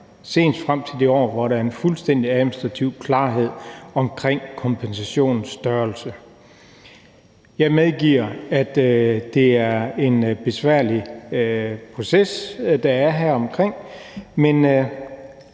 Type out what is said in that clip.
senest frem til det år, hvor der er en fuldstændig administrativ klarhed omkring kompensationens størrelse. Jeg medgiver, at det er en besværlig proces, der er omkring det